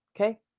okay